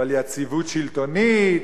ועל יציבות שלטונית,